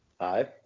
Hi